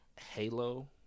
Halo